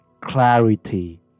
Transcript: clarity